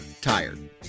tired